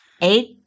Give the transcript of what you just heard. Eight